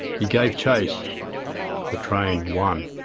he gave chase the train won.